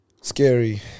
scary